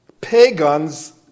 pagans